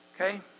okay